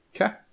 okay